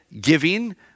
giving